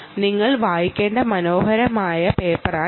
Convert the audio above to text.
നിങ്ങൾ വായിക്കേണ്ട മനോഹരമായ പേപ്പറാണിത്